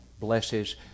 blesses